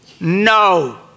No